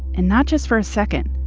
and not just for a second.